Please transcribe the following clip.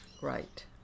Right